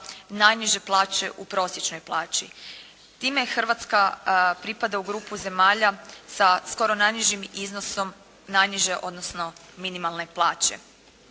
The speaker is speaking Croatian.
najniže plaće u prosječnoj plaći. Time Hrvatska pripada u grupu zemalja sa skoro najnižim iznosom najniže odnosno minimalne plaće.